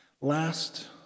Last